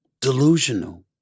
Delusional